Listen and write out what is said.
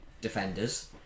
defenders